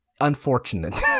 unfortunate